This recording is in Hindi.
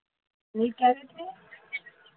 ये क्या रेट में है